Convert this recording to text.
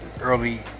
early